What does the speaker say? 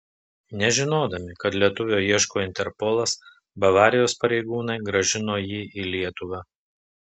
nežinodami kad lietuvio ieško interpolas bavarijos pareigūnai grąžino jį į lietuvą